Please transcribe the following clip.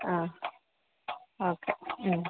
അ okay